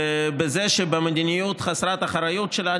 ובזה שבמדיניות חסרת האחריות שלה,